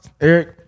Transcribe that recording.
Eric